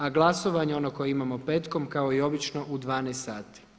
A glasovanje ono koje imamo petkom kao i obično u 12,00 sati.